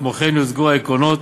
כמו כן יוצגו העקרונות